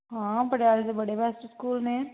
ਹਾਂ ਪਟਿਆਲੇ ਦੇ ਬੜੇ ਬੈਸਟ ਸਕੂਲ ਨੇ